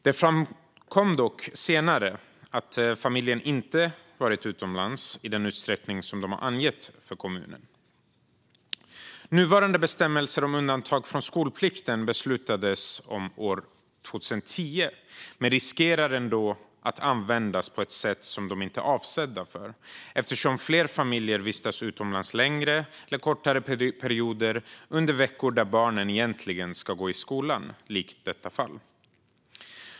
Det framkom dock senare att familjen inte varit utomlands i den utsträckning som de uppgett för kommunen. Nuvarande bestämmelser om undantag från skolplikten beslutades år 2010. Men de riskerar ändå att användas på ett sätt som de inte är avsedda att göra, eftersom fler familjer vistas utomlands längre eller kortare perioder under veckor då barnen egentligen ska gå i skolan, likt detta fall.